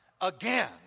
again